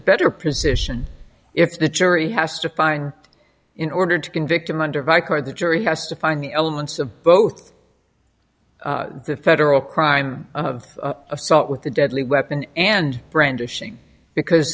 better position if the jury has to find in order to convict him under vi chord the jury has to find the elements of both the federal crime of assault with a deadly weapon and brandishing because